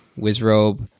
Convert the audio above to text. Wizrobe